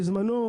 בזמנו,